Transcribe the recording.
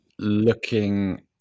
Looking